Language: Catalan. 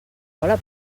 cola